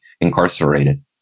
incarcerated